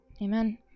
Amen